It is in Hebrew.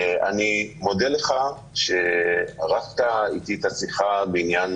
אני מודה לך שערכת את השיחה איתי בעניין